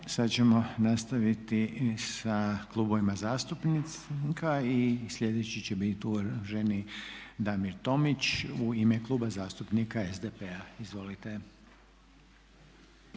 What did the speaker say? sad ćemo nastaviti sa klubovima zastupnika i sljedeći će biti uvaženi Damir Tomić u ime Kluba zastupnika SDP-a. Izvolite.